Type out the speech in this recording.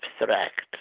abstract